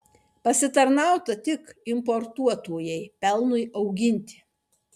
pasitarnauta tik importuotojai pelnui auginti